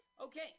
Okay